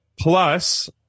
Plus